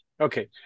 Okay